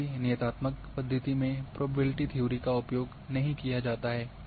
जबकि नियतात्मक पद्धति में प्रोबेबिलिटी थ्योरी का उपयोग नहीं किया जाता है